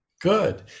Good